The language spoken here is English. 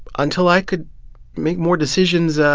until i could make more decisions ah